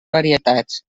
varietats